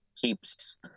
keeps